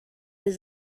his